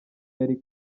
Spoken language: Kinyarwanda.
yari